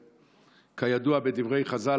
וכידוע מדברי חז"ל,